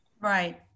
Right